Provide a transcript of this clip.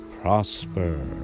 prosper